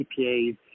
CPAs